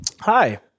Hi